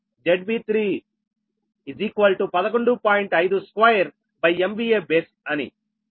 52MVA base అని